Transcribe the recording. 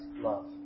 love